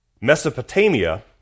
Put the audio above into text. Mesopotamia